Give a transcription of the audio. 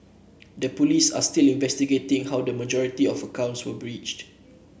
the police are still investigating how the majority of the accounts were breached